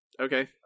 Okay